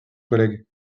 collègue